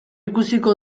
ikusiko